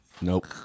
Nope